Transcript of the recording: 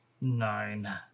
nine